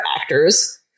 actors